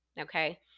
Okay